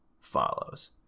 follows